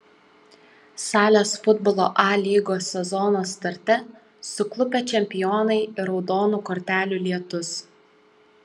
salės futbolo a lygos sezono starte suklupę čempionai ir raudonų kortelių lietus